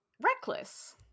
reckless